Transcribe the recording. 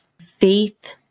faith